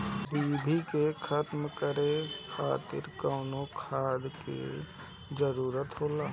डिभी के खत्म करे खातीर कउन खाद के जरूरत होला?